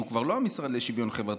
שהוא כבר לא המשרד לשוויון חברתי,